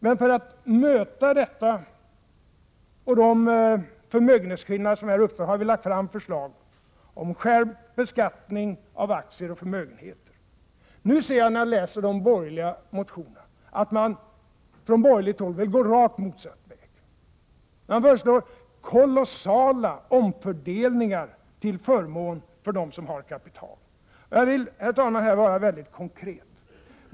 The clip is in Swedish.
Men för att möta de förmögenhetsskillnader som här uppstår har vi lagt fram förslag om skärpt beskattning av aktier och förmögenhet. Nu ser jag, när jag läser de borgerliga motionerna, att man från borgerligt håll vill gå rakt motsatt väg. Man föreslår kolossala omfördelningar till förmån för dem som har kapital. Herr talman! Här vill jag vara väldigt konkret.